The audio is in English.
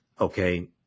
okay